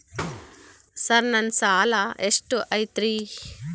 Sir ನನ್ನ ಸಾಲಾ ಎಷ್ಟು ಐತ್ರಿ?